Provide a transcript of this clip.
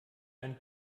einen